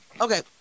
Okay